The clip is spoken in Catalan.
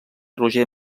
roger